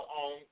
on